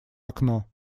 окно